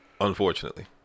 Unfortunately